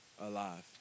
alive